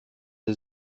der